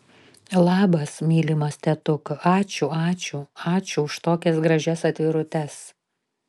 labas mylimas tetuk ačiū ačiū ačiū už tokias gražias atvirutes